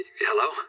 Hello